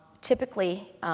Typically